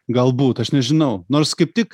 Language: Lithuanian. galbūt aš nežinau nors kaip tik